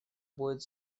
будет